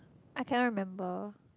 I cannot remember